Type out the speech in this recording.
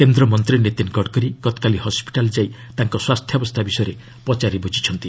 କେନ୍ଦ୍ରମନ୍ତ୍ରୀ ନୀତିନ ଗଡ଼କରୀ ଗତକାଲି ହସ୍କିଟାଲ୍ ଯାଇ ତାଙ୍କ ସ୍ୱାସ୍ଥ୍ୟାବସ୍ଥା ବିଷୟରେ ପଚାରି ବୁଝିଛନ୍ତି